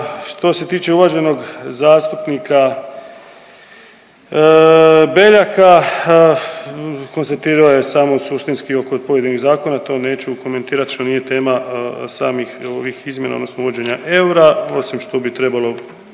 Što se tiče uvaženog zastupnika Beljaka, konstatirao je samo suštinski oko pojedinih zakona to neću komentirat što nije tema samih ovih izmjena odnosno uvođenja eura osim što bi trebalo razdvojiti